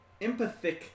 empathic